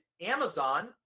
Amazon